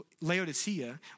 Laodicea